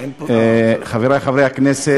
חברי חברי הכנסת,